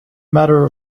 matter